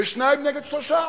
בשניים נגד שלושה.